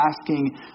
asking